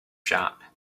shop